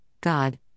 God